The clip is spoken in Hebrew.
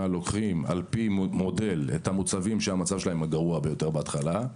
לוקחים על פי מודל את המוצבים שהמצב שלהם הוא הגרוע ביותר בהתחלה,